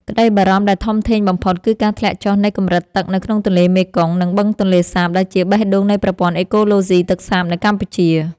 ក្តីបារម្ភដែលធំធេងបំផុត គឺការធ្លាក់ចុះនៃកម្រិតទឹកនៅក្នុងទន្លេមេគង្គ និងបឹងទន្លេសាប ដែលជាបេះដូងនៃប្រព័ន្ធអេកូឡូស៊ីទឹកសាបនៅកម្ពុជា។